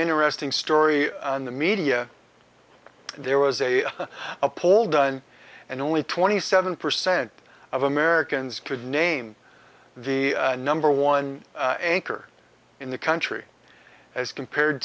interesting story in the media there was a poll done and only twenty seven percent of americans could name the number one anchor in the country as compared